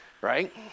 Right